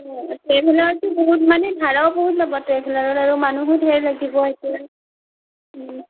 অঁ ট্ৰেভেলাৰততো বহুত মানে ভাড়াও বহুত ল'ব ট্ৰেভেলাৰত আৰু মানুহো ধেৰ লাগিব এতিয়া